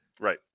right